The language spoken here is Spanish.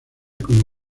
como